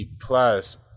Plus